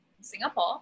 Singapore